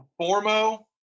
Formo